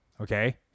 Okay